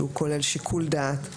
שהוא כולל שיקול דעת.